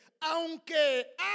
aunque